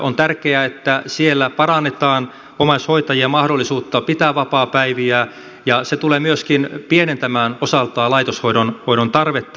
on tärkeää että siellä parannetaan omaishoitajien mahdollisuutta pitää vapaapäiviä ja se tulee myöskin pienentämään osaltaan laitoshoidon tarvetta